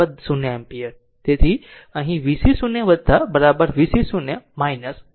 અહીં vc 0 vc 0 10 volt